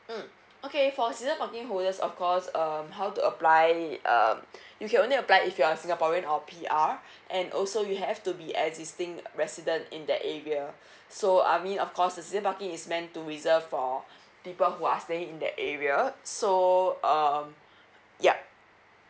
mm okay for season parking holders of course um how to apply um you can only apply if you're singaporean or P_R and also we have to be existing resident in that area so I mean of course the season parking is meant to reserve for people who are staying in that area so um ya